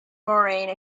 moraine